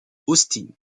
austin